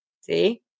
See